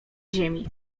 ziemi